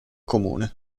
comune